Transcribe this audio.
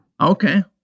Okay